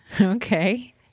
Okay